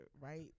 right